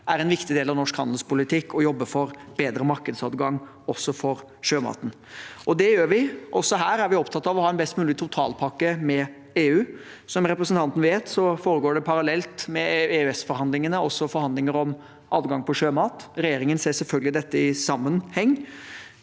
er en viktig del av norsk handelspolitikk å jobbe for bedre markedsad gang også for sjømaten, og det gjør vi. Også her er vi opptatt av å ha en best mulig totalpakke med EU. Som representanten vet, foregår det parallelt med EØS-forhandlingene med forhandlinger om adgang for sjømat. Regjeringen ser selvfølgelig dette i sammenheng.